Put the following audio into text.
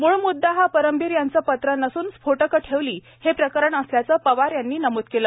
मूळ मुद्दा हा परमबीर यांचं पत्र नसून स्फोटकं ठेवली हे प्रकरण असल्याचं पवार यांनी नमूद केलं